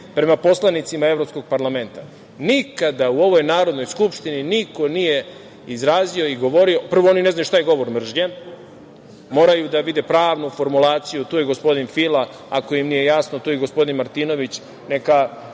prema poslanicima Evropskog parlamenta. Nikada u ovoj Narodnoj skupštini niko nije izrazio i govorio… Prvo, oni ne znaju šta je govor mržnje, moraju da vide pravnu formulaciju, tu je gospodin Fila, ako im nije jasno, tu je i gospodin Martinović, neka